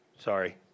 Sorry